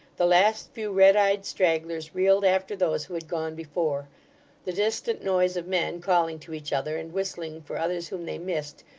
the last few red-eyed stragglers reeled after those who had gone before the distant noise of men calling to each other, and whistling for others whom they missed,